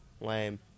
lame